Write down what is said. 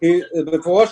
במפורש,